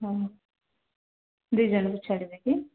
ହଁ ଦୁଇ ଜଣକୁ ଛାଡ଼ିବେ କି